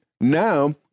Now